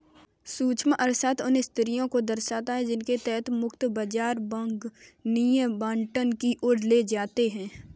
सूक्ष्म अर्थशास्त्र उन स्थितियों को दर्शाता है जिनके तहत मुक्त बाजार वांछनीय आवंटन की ओर ले जाते हैं